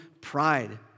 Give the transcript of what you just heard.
pride